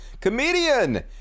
comedian